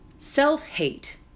self-hate